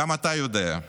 גם אתה יודע,